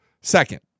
Second